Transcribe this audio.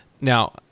Now